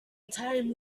time